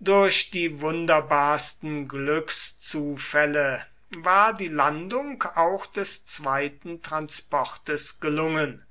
durch die wunderbarsten glückszufälle war die landung auch des zweiten transportes gelungen